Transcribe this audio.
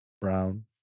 brown